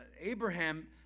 Abraham